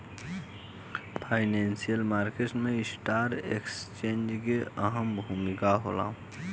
financial market में stock exchange के अहम भूमिका होला